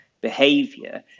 behavior